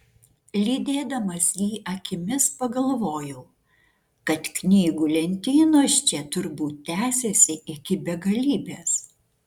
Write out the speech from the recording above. lydėdamas jį akimis pagalvojau kad knygų lentynos čia turbūt tęsiasi iki begalybės